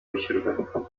bishyurwa